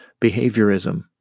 Behaviorism